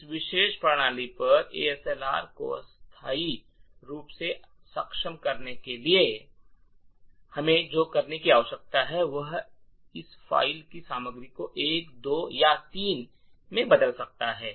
इस विशेष प्रणाली पर एएसएलआर को अस्थायी रूप से सक्षम करने के लिए हमें जो करने की आवश्यकता है वह इस फ़ाइल की सामग्री को 1 2 या 3 में बदल सकता है